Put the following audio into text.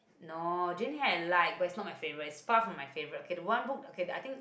no Jennie had light but is not my favourite is far from my favourite okay the one book okay I think